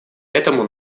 этому